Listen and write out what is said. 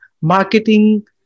marketing